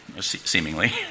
seemingly